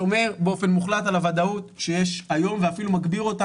ששומר באופן מוחלט על הוודאות שיש היום ואפילו מגביר אותה,